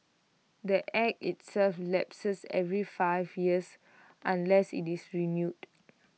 the act itself lapses every five years unless IT is renewed